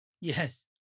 Yes